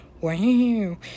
Wow